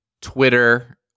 Twitter